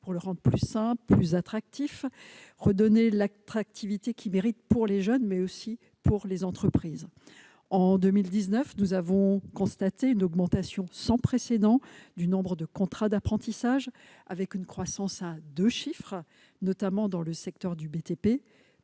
de le rendre plus simple et lui redonner l'attractivité qu'il mérite pour les jeunes et les entreprises. En 2019, nous avons constaté une augmentation sans précédent du nombre de contrats d'apprentissage, avec une croissance à deux chiffres, notamment dans le secteur du BTP